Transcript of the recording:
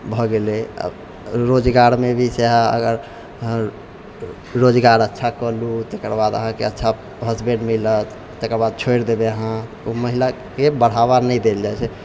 भ गेलै रोजगारमे भी छै अहाँ अगर रोजगार अच्छा कऽ लू तकर बाद अहाँकेँ अच्छा हसबैंड मिलत तकर बाद छोड़ि देबै अहाँ ओ महिलाकेँ बढ़ावा नहि देल जाइ छै